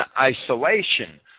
isolation